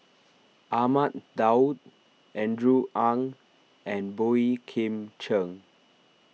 Ahmad Daud Andrew Ang and Boey Kim Cheng